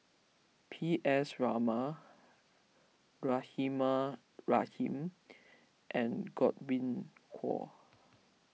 P S Raman Rahimah Rahim and Godwin Koay